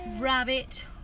Rabbit